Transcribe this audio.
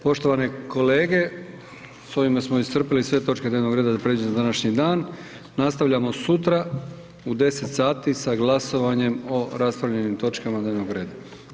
Poštovane kolege, s ovime smo iscrpili sve točke dnevnog reda predviđene za današnji dan, nastavljamo sutra u 10 sati sa glasovanjem o raspravljenim točkama dnevnog reda.